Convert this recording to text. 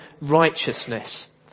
righteousness